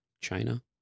China